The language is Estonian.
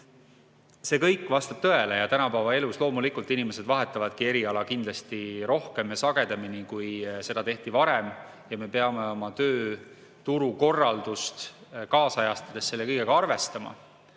See kõik vastab tõele. Tänapäeva elus, loomulikult, inimesed vahetavadki eriala kindlasti rohkem ja sagedamini, kui seda tehti varem, ja me peame oma tööturu korraldust kaasajastades selle kõigega arvestama.